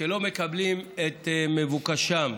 ולא מקבלים את מבוקשתם,